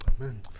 Amen